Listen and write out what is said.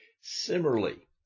Similarly